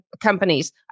companies